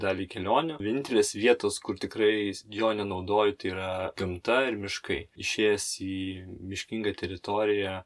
dalį kelionių vienintelės vietos kur tikrai jo nenaudoju tai yra gamta ir miškai išėjęs į miškingą teritoriją